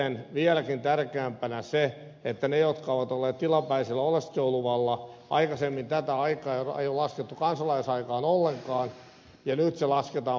sitten vieläkin tärkeämpää on se että niillä jotka ovat olleet tilapäisellä oleskeluluvalla aikaisemmin tätä aikaa ei ole laskettu kansalaisuusaikaan ollenkaan ja nyt se lasketaan puolittain